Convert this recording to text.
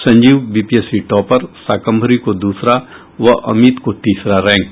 Sanjeev BPSC topper Shakambhari को दूसरा व अमित को तीसरा रैंक